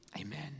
Amen